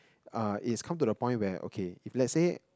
uh is come to a point where okay if let's say